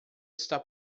está